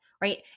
right